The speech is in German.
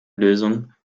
lösung